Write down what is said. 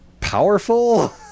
powerful